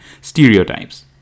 stereotypes